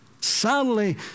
sadly